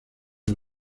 del